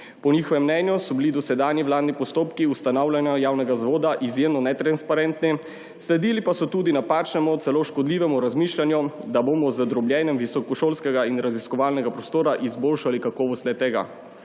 Po njihovem mnenju so bili dosedanji vladni postopki ustanavljanja javnega zavoda izjemno netransparentni, sledili pa so tudi napačnemu, celo škodljivem razmišljanju, da bomo z drobljenjem visokošolskega in raziskovalnega prostora izboljšali kakovost le-tega.